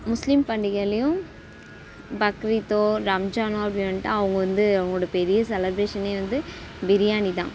முஸ்லீம் பண்டிகைளையும் பக்ரித்தோ ரம்ஜானோ அப்படி வந்துட்டால் அவங்க வந்து அவங்களோட பெரிய செலப்ரேஷனே வந்து பிரியாணி தான்